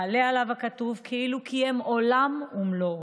מעלה עליו הכתוב כאילו קיים עולם מלא.